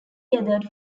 gathered